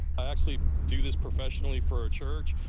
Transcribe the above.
i actually do this professionally for a church,